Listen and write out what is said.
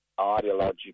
ideological